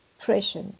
pressure